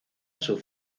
sus